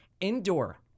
indoor